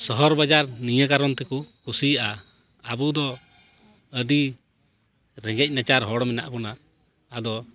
ᱥᱚᱦᱚᱨ ᱵᱟᱡᱟᱨ ᱱᱤᱭᱟᱹ ᱠᱟᱨᱚᱱ ᱛᱮᱠᱚ ᱠᱩᱥᱤᱭᱟᱜᱼᱟ ᱟᱵᱚ ᱫᱚ ᱟᱹᱰᱤ ᱨᱮᱸᱜᱮᱡ ᱱᱟᱪᱟᱨ ᱦᱚᱲ ᱢᱮᱱᱟᱜ ᱵᱚᱱᱟ ᱟᱫᱚ